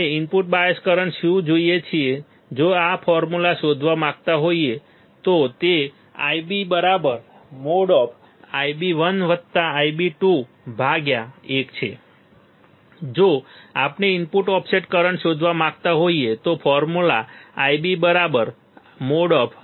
તેથી આપણે input bias current શું જોઈએ છીએ જો આપણે ફોર્મ્યુલા શોધવા માંગતા હોઈએ તો તે Ib|Ib1Ib2|2 છે જો આપણે ઇનપુટ ઓફસેટ કરંટ શોધવા માંગતા હોઈએ તો ફોર્મ્યુલા Ib બરાબર |Ib1 Ib2| છે